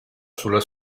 sulla